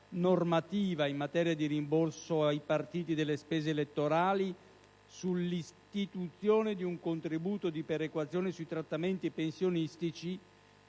normativa in materia di rimborso ai partiti delle spese elettorali, sull'istituzione di un contributo di perequazione sui trattamenti pensionistici)